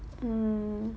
mm